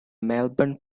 melbourne